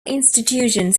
institutions